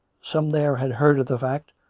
some there had heard of the fact,